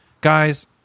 guys